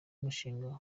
umushinga